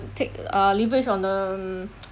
take uh leverage on um